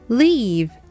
leave